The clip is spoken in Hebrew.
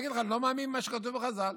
הוא יגיד לך: אני לא מאמין במה שכתוב בחז"ל.